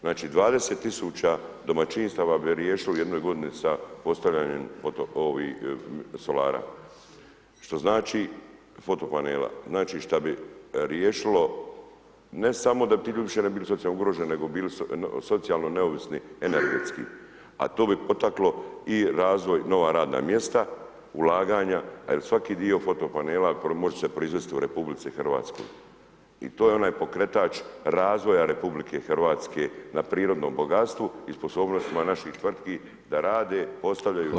Znači 20.000 domaćinstva bi riješili u jednoj godini a postavljanjem ovi solara, što znači fotopanela, znači šta bi riješilo, ne samo da ti ljudi ne bi više bili socijalno ugroženi nego bili socijalno neovisni energetski, a to bi potaklo i razvoj, nova radna mjesta, ulaganja, a jel svaki dio fotopanela može se proizvest u RH i to je onaj pokretač razvoja RH na prirodnom bogatstvu i sposobnostima naših tvrtki da rade, postavljaju [[Upadica: Hval.]] Hvala.